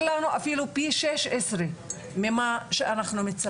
לנו אפילו פי שש עשרה ממה שאנחנו מצפים.